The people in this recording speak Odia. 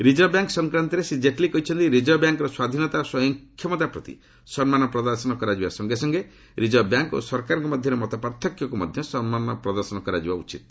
ରିଜର୍ଭ ବ୍ୟାଙ୍କ୍ ସଂକ୍ରାନ୍ତରେ ଶ୍ରୀ କ୍ଷେଟଲୀ କହିଛନ୍ତି ରିକର୍ଭ ବ୍ୟାଙ୍କ୍ର ସ୍ୱାଧୀନତା ଓ ସ୍ୱୟଂ କ୍ଷମତା ପ୍ରତି ସମ୍ମାନ ପ୍ରଦର୍ଶନ କରାଯିବା ଉଚିତ୍ କିନ୍ତୁ ରିଜର୍ଭ ବ୍ୟାଙ୍କ୍ ଓ ସରକାରଙ୍କ ମଧ୍ୟରେ ମତପ୍ରାର୍ଥକ୍ୟକୁ ମଧ୍ୟ ସମ୍ମାନ ପ୍ରଦର୍ଶନ କରାଯିବା ଉଚିତ୍